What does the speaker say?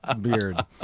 beard